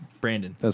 Brandon